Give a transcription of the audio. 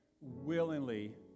willingly